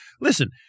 listen